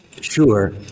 Sure